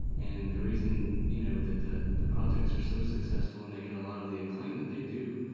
and the reason, you know, that the the projects are so successful and they get a lot of the acclaim that they do